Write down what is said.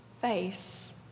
face